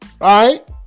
right